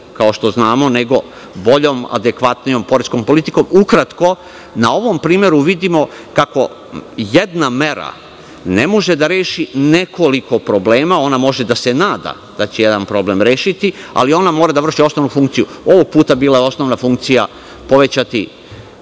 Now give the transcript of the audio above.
kao što znamo, nego boljom, adekvatnijom poreskom politikom. Ukratko, na ovom primeru vidimo kako jedna mera ne može da reši nekoliko problema. Ona može da se nada da će jedan problem rešiti, ali ona mora da vrši osnovnu funkciju. Ovog puta je osnovna funkcija bila povećati,